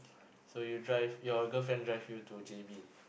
so you drive your girlfriend drive you to G_V